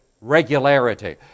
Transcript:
regularity